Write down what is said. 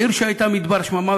עיר שהייתה מדבר שממה,